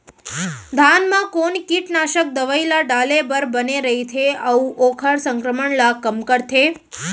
धान म कोन कीटनाशक दवई ल डाले बर बने रइथे, अऊ ओखर संक्रमण ल कम करथें?